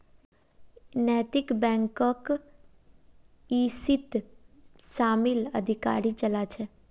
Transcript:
नैतिक बैकक इसीत शामिल अधिकारी चला छे